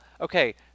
okay